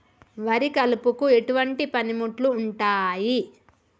వరి కలుపుకు ఎటువంటి పనిముట్లు ఉంటాయి?